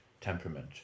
temperament